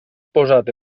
posat